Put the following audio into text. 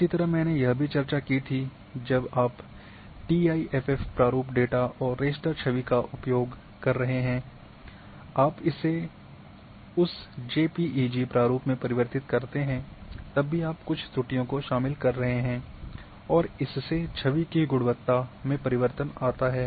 इसी तरह मैंने यह भी चर्चा की थी जब आप टीआईआईएफ प्रारूप डेटा और रास्टर छवि का उपयोग कर रहे हैं आप इसे उस जेपीईजी प्रारूप में परिवर्तित करते हैं तब भी आप कुछ त्रुटियों को शामिल कर रहे हैं और इससे छवि की गुणवत्ता में परिवर्तन आता है